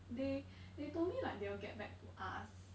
they they told told me like they will get back to us